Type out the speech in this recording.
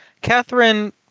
catherine